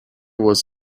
was